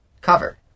cover